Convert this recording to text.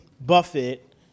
Buffett